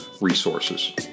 resources